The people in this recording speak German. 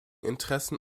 interessen